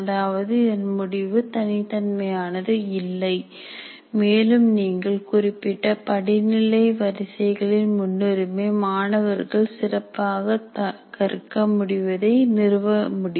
அதாவது இதன் முடிவு தனித்தன்மையானது இல்லை மேலும் நீங்கள் குறிப்பிட்ட படிநிலை வரிசைகளின் முன்னுரிமை மாணவர்கள் சிறப்பாக கற்க முடிவதை நிறுவ வேண்டும்